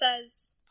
says